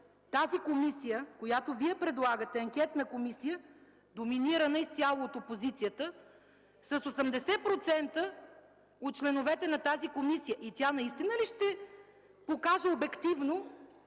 тази комисия, която Вие предлагате – анкетна комисия, доминирана изцяло от опозицията, с 80% от членовете на тази комисия? И тя наистина ли ще покаже обективно